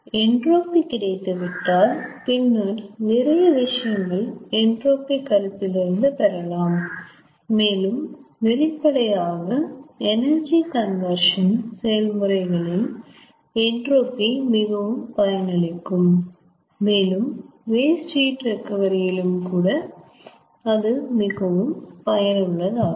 entropy கிடைத்து விட்டால் பின்னர் நிறைய விஷயங்கள் என்ட்ரோபி கருத்தில் இருந்து பெறலாம் மேலும் வெளிப்படையாக எனர்ஜி கன்வர்ஷன் செயல்முறைகளில் என்ட்ரோபி மிகவும் பயனளிக்கும் மேலும் வேஸ்ட் ஹீட் ரெகவரி யிலும் கூட அது மிகவும் பயன் உள்ளதாகும்